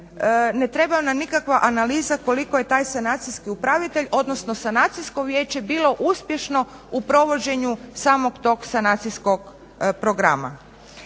ne treba nam nikakva analiza koliko je taj sanacijski upravitelj odnosno sanacijsko vijeće bilo uspješno u provođenju samog tog sanacijskog programa.